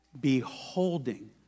beholding